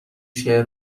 شعر